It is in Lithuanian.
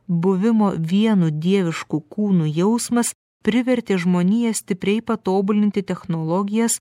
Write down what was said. buvimo vienu dievišku kūnu jausmas privertė žmoniją stipriai patobulinti technologijas